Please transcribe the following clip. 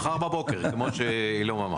מחר בבוקר, כמו שאמר.